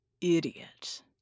Idiot